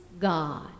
God